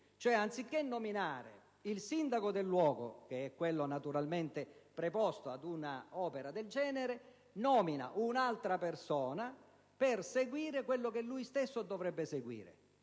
anziché nominare il sindaco del luogo, cioè colui che è naturalmente preposto ad un'opera del genere, nomina un'altra persona per seguire ciò che lui stesso dovrebbe seguire.